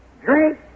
drink